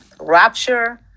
rapture